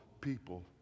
people